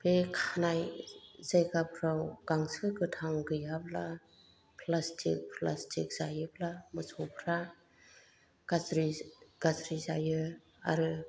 बे खानाय जायगाफ्राव गांसो गोथां गैयाब्ला प्लासटिक प्लासटिक जायोब्ला मोसौफ्रा गाज्रि गाज्रि जायो आरो